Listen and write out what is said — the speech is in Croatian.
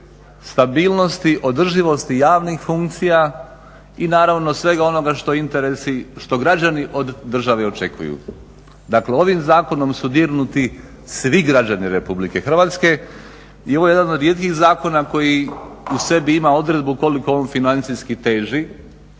stabilnosti, održivosti javnih funkcija i naravno svega onoga što građani od države i očekuju. Dakle, ovim zakonom su dirnuti svi građani Republike Hrvatske. I ovo je jedan od rijetkih zakona koji u sebi ima odredbu koliko on financijski teži.